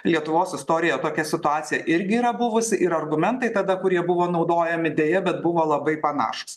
lietuvos istorijoje tokia situacija irgi yra buvusi ir argumentai tada kurie buvo naudojami deja bet buvo labai panašūs